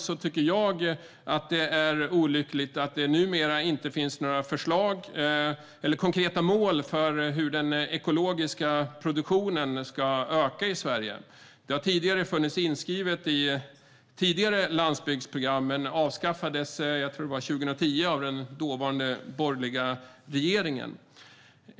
Jag tycker att det är olyckligt att det numera inte finns några konkreta mål för hur den ekologiska produktionen ska öka i Sverige. Det har funnits inskrivet i tidigare landsbygdsprogram, men det avskaffades 2010, tror jag, av den dåvarande borgerliga regeringen.